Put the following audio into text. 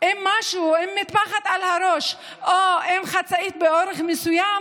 עם משהו, מטפחת על הראש או עם חצאית באורך מסוים,